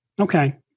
Okay